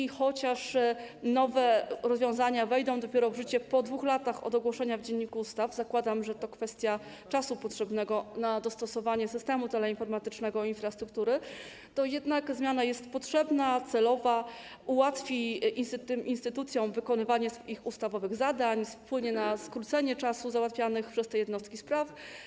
I chociaż nowe rozwiązania wejdą dopiero w życie po 2 latach od ogłoszenia w Dzienniku Ustaw - zakładam, że to kwestia czasu potrzebnego na dostosowanie systemu teleinformatycznego i infrastruktury - to jednak zmiana jest potrzebna, celowa, gdyż ułatwi instytucjom wykonywanie ich ustawowych zadań, wpłynie na skrócenie czasu załatwianych przez te jednostki spraw.